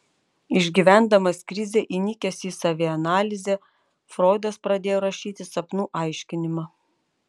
išgyvendamas krizę įnikęs į savianalizę froidas pradėjo rašyti sapnų aiškinimą